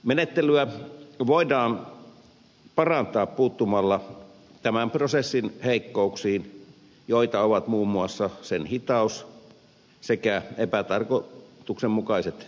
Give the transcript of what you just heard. menettelyä voidaan parantaa puuttumalla tämän prosessin heikkouksiin joita ovat muun muassa sen hitaus sekä epätarkoituksenmukaiset menettelytavat